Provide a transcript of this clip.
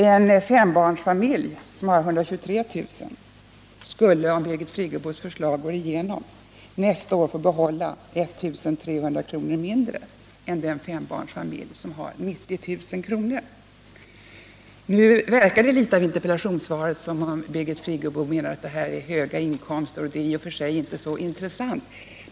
En fembarnsfamilj som har 123 000 kronors inkomst skulle, om Birgit Friggebos förslag går igenom, nästa år få behålla 1 300 kr. mindre än en fembarnsfamilj med en inkomst på 90 000 kr. Nu verkar det av interpellationssvaret som om Birgit Friggebo menade att det här rör sig om höga inkomster och att det inte är så intressanta exempel.